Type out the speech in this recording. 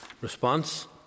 response